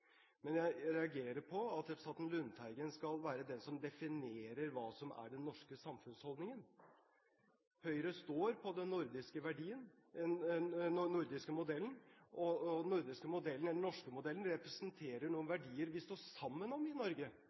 Men jeg reagerer på at representanten Lundteigen skal være den som definerer hva som er den norske samfunnsholdningen. Høyre står for den nordiske modellen, og den nordiske, eller norske, modellen, representerer noen verdier vi står sammen om i Norge